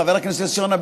חבר הכנסת יוסי יונה,